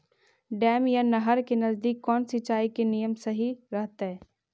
Dam या नहर के नजदीक कौन सिंचाई के नियम सही रहतैय?